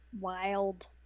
Wild